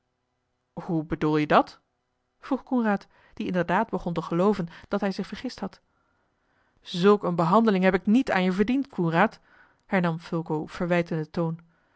hoe bedoel je dat vroeg coenraad die inderdaad begon te gelooven dat hij zich vergist had zulk eene behandeling heb ik niet aan je verdiend coenraad hernam fulco op verwijtenden toon